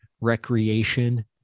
recreation